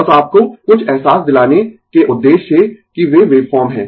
बस आपको कुछ अहसास दिलाने के उद्देश्य से कि वे वेवफॉर्म है